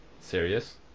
serious